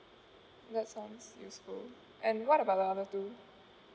that sounds useful and what about the other two